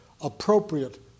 appropriate